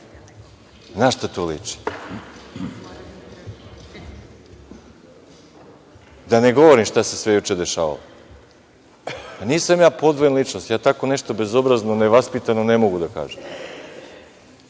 Na šta to liči? Da ne govorim šta se sve juče dešavalo. Nisam ja podvojena ličnost, ja tako nešto bezobrazno, nevaspitano, ne mogu da kažem.